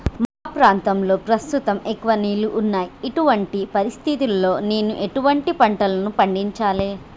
మా ప్రాంతంలో ప్రస్తుతం ఎక్కువ నీళ్లు ఉన్నాయి, ఇటువంటి పరిస్థితిలో నేను ఎటువంటి పంటలను పండించాలే?